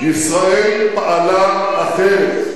ישראל פעלה אחרת.